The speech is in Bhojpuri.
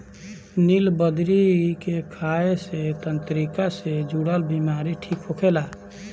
निलबदरी के खाए से तंत्रिका से जुड़ल बीमारी ठीक होखेला